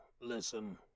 listen